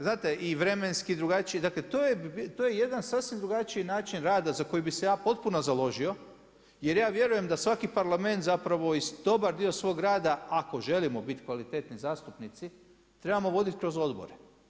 Znate i vremenski drugačije, dakle to je jedan sasvim drugačiji način rada za koji bi se ja potpuno založio, jer ja vjerujem da svaki Parlament zapravo i dobar dio svoga rada ako želimo biti kvalitetni zastupnici, treba voditi kroz odbore.